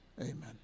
amen